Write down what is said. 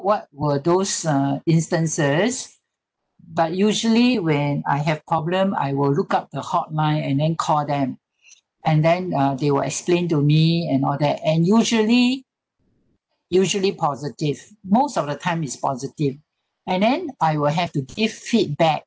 what were those uh instances but usually when I have problem I will look up the hotline and then call them and then uh they will explain to me and all that and usually usually positive most of the time is positive and then I will have to give feedback